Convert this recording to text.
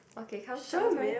okay come tell me tell me